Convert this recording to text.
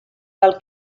pel